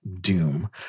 Doom